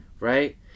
Right